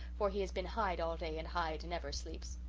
for he has been hyde all day and hyde never sleeps.